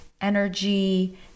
energy